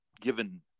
given